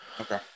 Okay